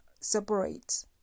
separate